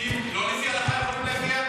יהודים לא לפי ההלכה יכולים להגיע?